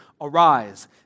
Arise